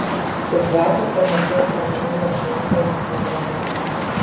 tik vakar pamačiau tą naują trendą instagrame